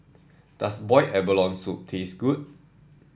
does Boiled Abalone Soup taste good